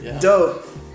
Dope